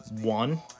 one